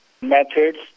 methods